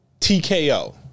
TKO